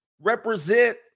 Represent